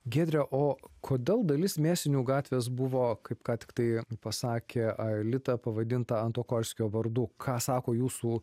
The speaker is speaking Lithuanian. giedre o kodėl dalis mėsinių gatvės buvo kaip ką tik tai pasakė alita pavadinta antokolskio vardu ką sako jūsų